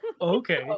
Okay